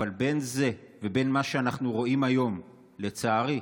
אבל בין זה לבין מה שאנחנו רואים היום, לצערי,